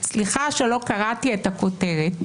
סליחה שלא קראתי את הכותרת